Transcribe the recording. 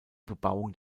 bebauung